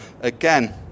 again